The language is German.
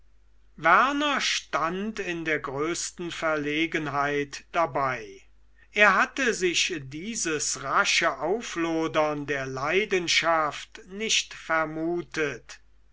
werner stand in der größten verlegenheit dabei er hatte sich dieses rasche auflodern der leidenschaft nicht vermutet